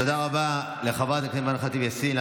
תודה לחברת הכנסת אימאן ח'טיב יאסין.